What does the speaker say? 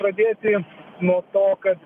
pradėti nuo to kad